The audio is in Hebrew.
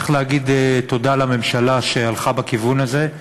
צריך להגיד תודה לממשלה שהלכה בכיוון הזה.